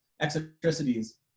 eccentricities